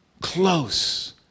Close